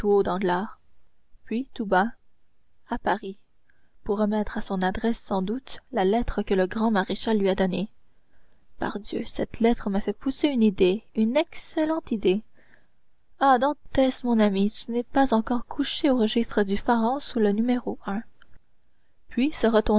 puis tout bas à paris pour remettre à son adresse sans doute la lettre que le grand maréchal lui a donnée pardieu cette lettre me fait pousser une idée une excellente idée ah dantès mon ami tu n'es pas encore couché au registre du pharaon sous le puis